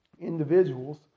individuals